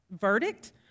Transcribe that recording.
verdict